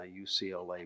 UCLA